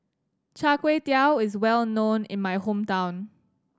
Char Kway Teow is well known in my hometown